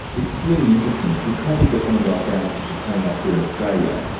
it's really interesting. because of the commonwealth games, which is coming up here in australia,